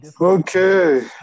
Okay